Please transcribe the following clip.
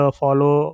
follow